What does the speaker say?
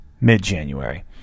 Mid-January